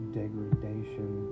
degradation